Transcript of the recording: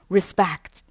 ,Respect 。